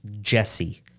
Jesse